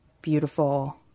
beautiful